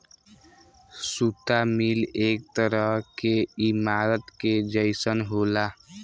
सुता मिल एक तरह के ईमारत के जइसन होला